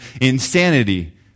insanity